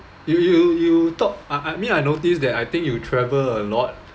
you you you talk I I mean I noticed that I think you travel a lot